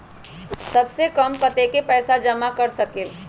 सबसे कम कतेक पैसा जमा कर सकेल?